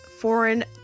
foreign